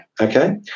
Okay